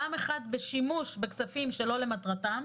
פעם אחת בשימוש בכספים שלא למטרתם,